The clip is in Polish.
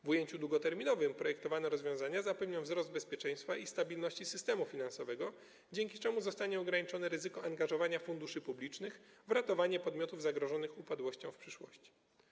W ujęciu długoterminowym projektowane rozwiązania zapewnią wzrost bezpieczeństwa i stabilności systemu finansowego, dzięki czemu zostanie ograniczone ryzyko angażowania funduszy publicznych w ratowanie podmiotów zagrożonych upadłością w przyszłości.